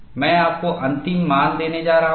मैं आपको अंतिम मान देने जा रहा हूं